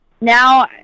Now